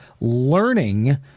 learning